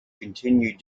continue